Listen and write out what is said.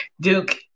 Duke